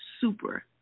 super